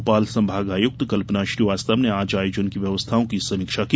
भोपाल संभागायुक्त कल्पना श्रीवास्तव ने आज आयोजन की व्यवस्थाओं की समीक्षा की